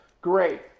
great